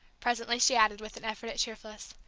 presently she added, with an effort at cheerfulness,